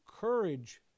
courage